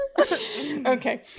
Okay